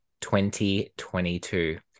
2022